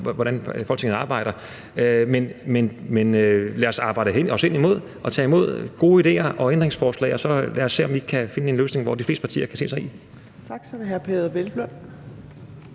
hvordan Folketinget arbejder. Men lad os arbejde os hen imod det og tage imod gode idéer og ændringsforslag, og lad os så se, om vi ikke kan finde en løsning, som de fleste partier kan se sig i. Kl. 14:40 Fjerde